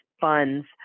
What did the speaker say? funds